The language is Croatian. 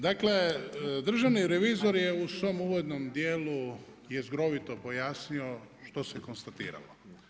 Dakle državni revizor je u svom uvodnom dijelu jezgrovito pojasnio što se konstatiralo.